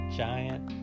giant